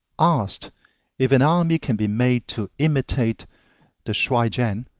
asked if an army can be made to imitate the shuai-jan,